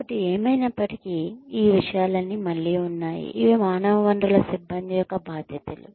కాబట్టి ఏమైనప్పటికీ ఈ విషయాలన్నీ మళ్ళీ ఉన్నాయి ఇవి మానవ వనరుల సిబ్బంది యొక్క బాధ్యతలు